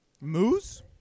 Moose